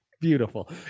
beautiful